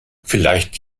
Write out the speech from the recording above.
vielleicht